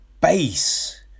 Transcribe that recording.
base